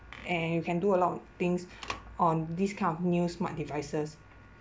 and you can do a lot of things on this kind of new smart devices